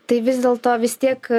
tai vis dėlto vis tiek